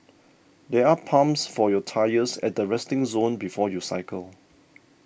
there are pumps for your tyres at the resting zone before you cycle